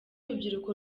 urubyiruko